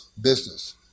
business